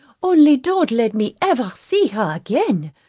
only don't let me ever see her again.